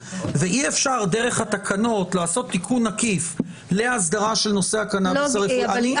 ואי-אפשר דרך התקנות לעשות תיקון עקיף להסדרה של הנושא הקנאביס הרפואי.